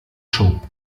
show